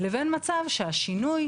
לבין מצב שהשינוי,